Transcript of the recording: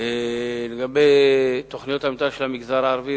לגבי תוכניות המיתאר במגזר הערבי,